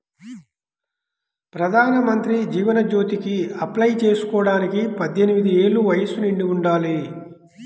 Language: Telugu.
ప్రధానమంత్రి జీవన్ జ్యోతికి అప్లై చేసుకోడానికి పద్దెనిది ఏళ్ళు వయస్సు నిండి ఉండాలి